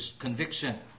conviction